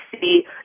see